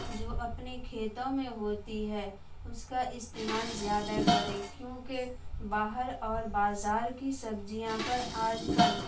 جو اپنے کھیتوں میں ہوتی ہے اس کا استعمال زیادہ کرے کیونکہ باہر اور بازار کی سبزیاں پر آج کل